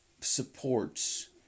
supports